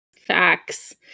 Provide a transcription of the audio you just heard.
Facts